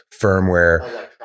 firmware